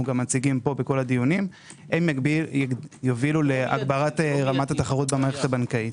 מציגים פה בכל הדיונים הם יובילו להגברת רמת התחרות במערכת הבנקאית.